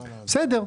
בסדר.